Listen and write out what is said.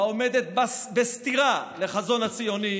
העומדת בסתירה לחזון הציוני